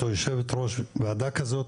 את יושבת ראש ועדה כזאת,